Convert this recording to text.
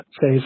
say